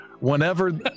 Whenever